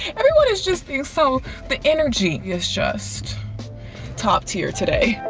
everyone is just being so the energy is just top tier today.